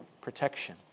protection